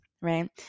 right